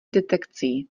detekcí